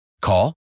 Call